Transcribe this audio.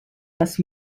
les